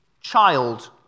child